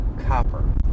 Copper